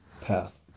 path